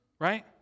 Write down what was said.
Right